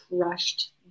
crushed